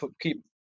keep